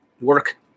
work